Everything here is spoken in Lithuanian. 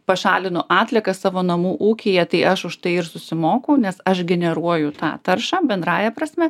pašalinu atlieką savo namų ūkyje tai aš už tai ir susimoku nes aš generuoju tą taršą bendrąja prasme